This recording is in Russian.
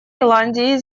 ирландии